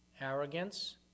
arrogance